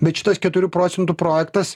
bet šitas keturių procentų projektas